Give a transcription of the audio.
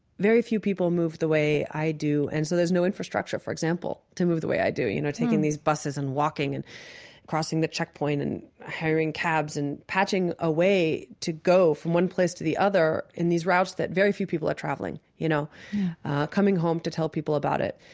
very few people move the way i do, so there's no infrastructure, for example, to move the way i do, you know, taking these buses and walking and crossing the checkpoint and hiring cabs and patching a way to go from one place to the other in these routes that very few people are traveling, you know coming home to tell people about it.